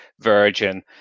Virgin